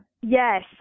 Yes